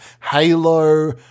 Halo